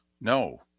No